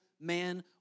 man